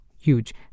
huge